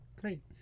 great